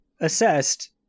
assessed